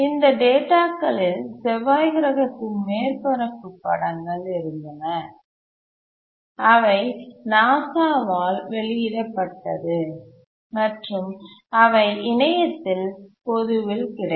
இந்த டேட்டா களில் செவ்வாய் கிரகத்தின் மேற்பரப்பு படங்கள் இருந்தன அவை நாசா வால் வெளியிடப்பட்டது மற்றும் அவை இணையத்தில் பொதுவில் கிடைக்கும்